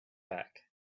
back